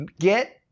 get